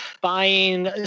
buying